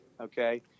okay